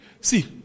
See